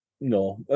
no